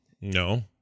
No